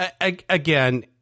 again